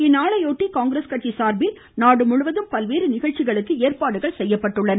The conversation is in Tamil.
இந்நாளையொட்டி காங்கிரஸ் கட்சி சார்பில் நாடு முழுவதும் பல்வேறு நிகழ்ச்சிகளுக்கு ஏற்பாடுகள் செய்யப்பட்டுள்ளன